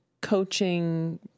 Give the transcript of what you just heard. coaching